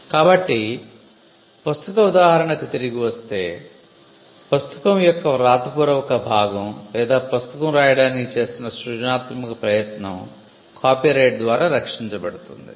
కాబట్టి పుస్తక ఉదాహరణకి తిరిగి వస్తే పుస్తకం యొక్క వ్రాతపూర్వక భాగం లేదా పుస్తకం రాయడానికి చేసిన సృజనాత్మక ప్రయత్నం కాపీరైట్ ద్వారా రక్షించబడుతుంది